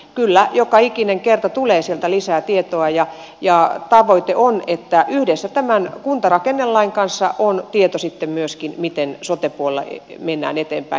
kyllä joka ikinen kerta tulee sieltä lisää tietoa ja tavoite on että yhdessä tämän kuntarakennelain kanssa on sitten myöskin tieto siitä miten sote puolella mennään eteenpäin